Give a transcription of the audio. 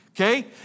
Okay